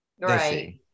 Right